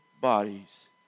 bodies